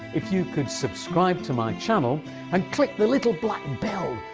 if you could subscribe to my channel and click the little black and bell,